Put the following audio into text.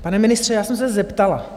Pane ministře, já jsem se zeptala.